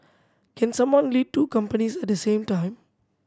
can someone lead two companies at the same time